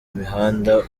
mihanda